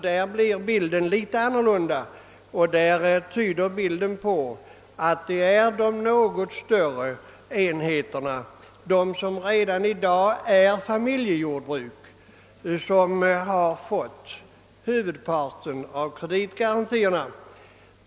Där blir bilden alltså litet annorlunda och tyder på att det är de något större enheterna, de som redan i dag är familjejordbruk, som har fått huvudparten av kreditgarantierna.